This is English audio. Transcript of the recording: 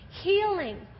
healing